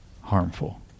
harmful